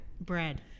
Bread